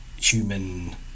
human